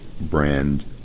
brand